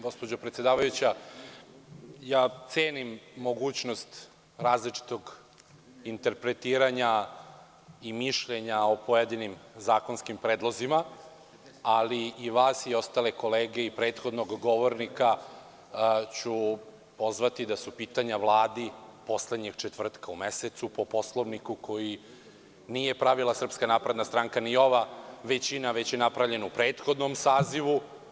Gospođo predsedavajuća, cenim mogućnost različitog interpretiranja i mišljenja o pojedinim zakonskim predlozima ali i vas i ostale kolege i prethodnog govornika ću pozvati da su pitanja Vladi poslednjeg četvrtka u mesecu, po Poslovniku koji nije pravila SNS ni ova većina, već je napravljen u prethodnom sazivu.